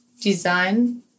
design